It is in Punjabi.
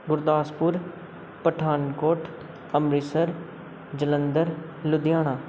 ਗੁਰਦਾਸਪੁਰ ਪਠਾਨਕੋਟ ਅੰਮ੍ਰਿਤਸਰ ਜਲੰਧਰ ਲੁਧਿਆਣਾ